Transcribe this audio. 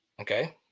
Okay